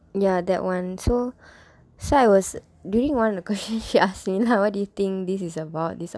ya that [one] so I was during one of the question she asked me what do you think this is about this